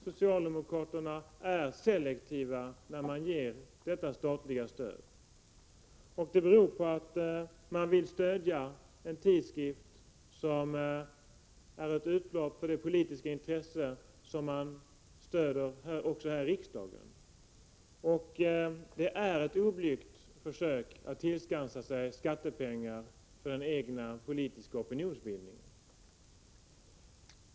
Socialdemokraternaär selektiva när de diskuterar detta statliga stöd, och det beror på att de vill stödja en tidskrift som är ett utslag av det politiska intresse som de främjar häri riksdagen. Det är ett oblygt försök att tillskansa sig skattepengar för den egna politiska opinionsbildningen.